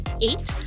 Eight